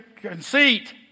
conceit